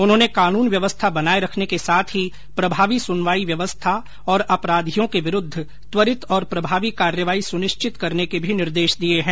उन्होंने कानून व्यवस्था बनाए रखने के साथ ही प्रभावी सुनवाई व्यवस्था और अपराधियों के विरूद्ध त्वरित और प्रभावी कार्यवाही सुनिश्चित करने के भी निर्देश दिये हैं